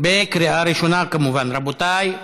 בקריאה ראשונה, כמובן, רבותיי.